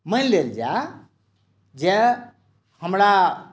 मानि लेल जाय जेँ हमरा